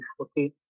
okay